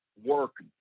work